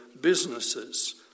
businesses